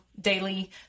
daily